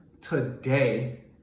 Today